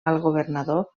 governador